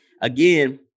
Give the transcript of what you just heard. again